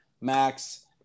Max